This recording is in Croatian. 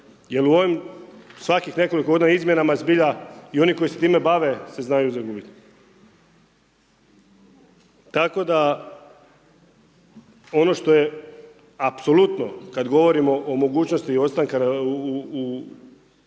ovih svakih nekoliko .../Govornik se ne razumije./... zbilja i oni koji se time bave se znaju zagubiti. Tako da ono što je apsolutno kad govorim o mogućnosti i ostanka na